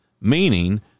Meaning